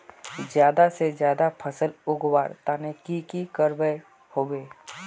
ज्यादा से ज्यादा फसल उगवार तने की की करबय होबे?